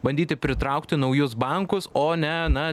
bandyti pritraukti naujus bankus o ne na